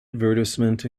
advertisement